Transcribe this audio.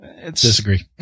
Disagree